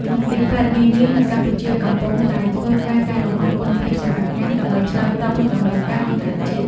មន្ទីរពេទ្យនានានៅកម្ពុជាកំពុងតែធ្វើការកែលម្អគុណភាពសេវាកម្ម ដើម្បីឆ្លើយតបនឹងតម្រូវការអន្តរជាតិ។